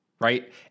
right